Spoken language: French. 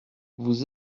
vous